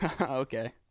Okay